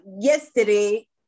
yesterday